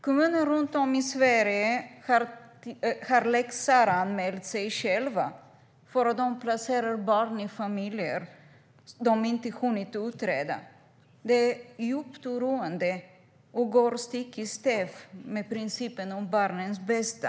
Kommuner runt om i Sverige har lex Sarah-anmält sig själva för att de placerar barn i familjer som de inte har hunnit utreda. Det är djupt oroande och går stick i stäv med principen om barnens bästa.